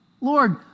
Lord